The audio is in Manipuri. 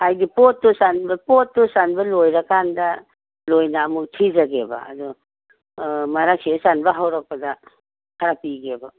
ꯍꯥꯏꯗꯤ ꯄꯣꯠꯇꯨ ꯆꯟꯕ ꯂꯣꯏꯔꯀꯥꯟꯗ ꯂꯣꯏꯅ ꯑꯃꯨꯛ ꯊꯤꯖꯒꯦꯕ ꯑꯗꯨ ꯃꯔꯛꯁꯤꯗ ꯆꯟꯕ ꯍꯧꯔꯛꯄꯗ ꯈꯔ ꯄꯤꯒꯦꯕ